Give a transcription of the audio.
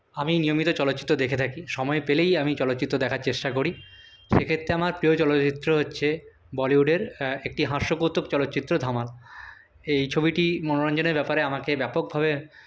আমি নিয়মিত চলচ্চিত্র দেখে থাকি সময় পেলেই আমি চলচ্চিত্র দেখার চেষ্টা করি সেক্ষেত্রে আমার প্রিয় চলচ্চিত্র হচ্ছে বলিউডের একটি হাস্যকৌতুক চলচ্চিত্র ধামাল এই ছবিটি মনোরঞ্জনের ব্যাপারে আমাকে ব্যাপকভাবে